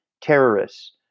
terrorists